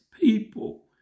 people